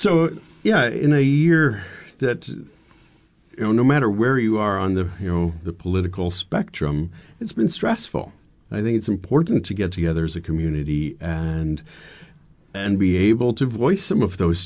so yeah in a year that you know no matter where you are on the you know the political spectrum it's been stressful and i think it's important to get together as a community and then be able to voice some of those